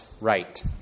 right